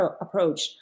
approach